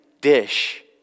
dish